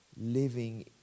living